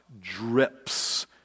drips